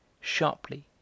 sharply